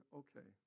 okay